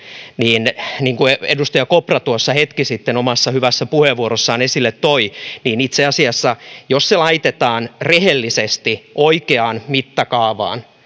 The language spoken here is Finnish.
niin niin kuin edustaja kopra tuossa hetki sitten omassa hyvässä puheenvuorossaan esille toi niin itse asiassa jos se laitetaan rehellisesti oikeaan mittakaavaan